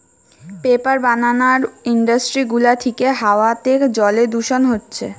paper বানানার industry গুলা থিকে হাওয়াতে জলে দূষণ হচ্ছে